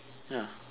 ya